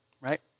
right